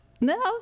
No